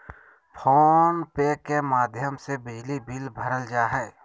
phone पे के माध्यम से बिजली बिल भरल जा हय